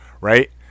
right